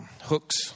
hooks